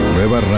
Nueva